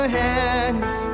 hands